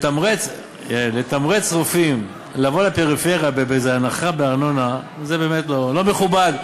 לתמרץ רופאים לבוא לפריפריה באיזו הנחה בארנונה זה באמת לא מכובד,